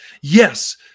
yes